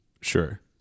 Sure